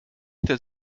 der